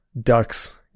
ducks